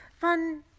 fun